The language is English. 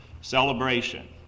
celebration